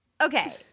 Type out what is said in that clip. okay